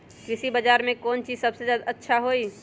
कृषि बजार में कौन चीज सबसे अच्छा होई?